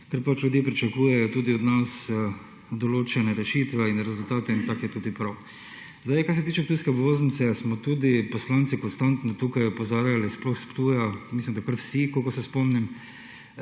ker pač ljudje pričakujejo tudi od nas določene rešitve in rezultate in tako je tudi prav. Kar se tiče ptujske obvoznice, smo tudi poslanci konstantno tukaj opozarjali, sploh s Ptuja, mislim, da kar vsi, kolikor se spomnim,